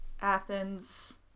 Athens